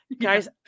guys